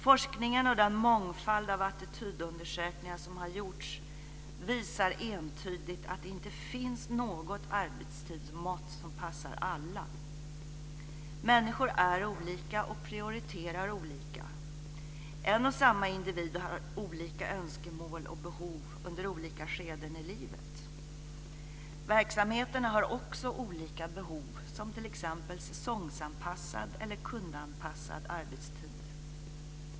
Forskningen och den mångfald av attitydundersökningar som har gjorts visar entydigt att det inte finns något arbetstidsmått som passar alla. Människor är olika och prioriterar olika. En och samma individ har olika önskemål och behov under olika skeden i livet. Verksamheterna har också olika behov som t.ex. säsongsanpassad eller kundanpassad arbetstid.